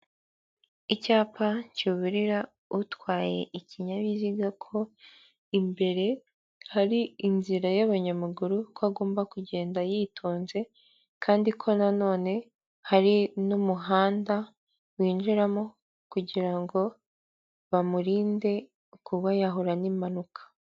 Icyapa kiburira utwaye ikinyabiziga ko imbere hari inzira y'abanyamaguru ko agomba kugenda yitonze kandi ko na none hari n'umuhanda winjiramo kugira ngo bamurinde kuba yahura n'impanuka.